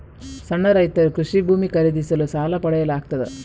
ಸಣ್ಣ ರೈತರು ಕೃಷಿ ಭೂಮಿ ಖರೀದಿಸಲು ಸಾಲ ಪಡೆಯಲು ಆಗ್ತದ?